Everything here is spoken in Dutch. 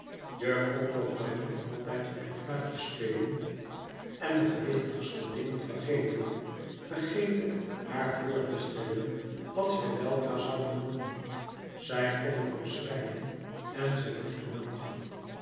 je kon toch maar niet altijd op je fluitje spelen en de gewichtigste dingen vergeten vergeten haar voor te stellen wat zij weldra zouden doen zij kon er om schreien en zij moest er om lachen